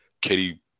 katie